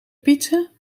pizza